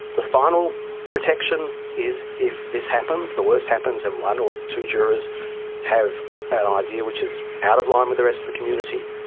the final protection is if this happens, the worst happens, and one or two jurors have an idea which is out of line with the rest of the community,